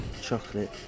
chocolate